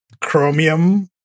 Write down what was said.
Chromium